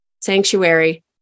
sanctuary